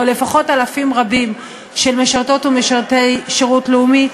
או לפחות אלפים רבים של משרתות ומשרתי שירות לאומי,